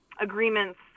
agreements